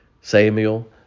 Samuel